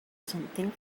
something